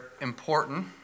important